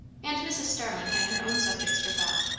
and mrs. starling had her own subjects for thought,